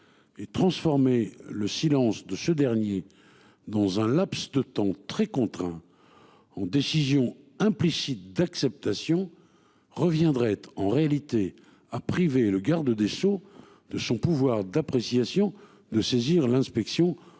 Et transformer le silence de ce dernier. Dans un laps de temps très contraint. En décision implicite d'acceptation reviendrait en réalité à priver le garde des Sceaux de son pouvoir d'appréciation de saisir l'Inspection aux fins